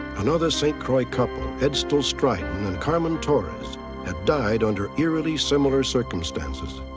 another st. croix couple edstall striden and carmen torres had died under eerily similar circumstances.